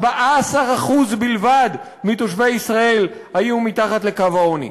14% בלבד מתושבי ישראל היו מתחת לקו העוני.